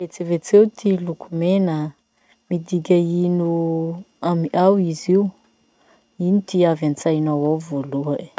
Vetsivetseo ty loko mena. Midika ino amy ao izy io? Ino ty avy antsainao ao voaloha e?